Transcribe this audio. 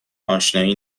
آشنایی